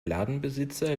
ladenbesitzer